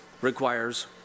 requires